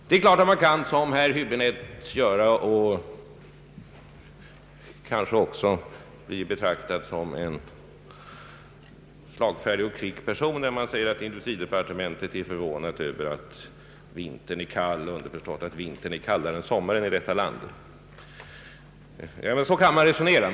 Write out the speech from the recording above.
Det är klart att man som herr Häöäbinette kan säga, och kanske då också bli betraktad som en slagfärdig och kvick person, att industridepartementet är förvånat över att vintern är kall — underförstått att vintern är kallare än sommaren i detta land. Så kan man resonera.